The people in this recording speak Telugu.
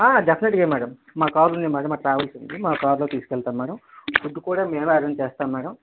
డెఫెనెట్గా మేడం మా కార్ ఉంది మేడం మా ట్రావెల్స్ ఉంది మా కార్లో తీసుకెళ్తాం మేడం ఫుడ్డు కూడా మేమే అరేంజ్ చేస్తాం మేడం